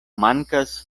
mankas